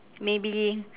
maybe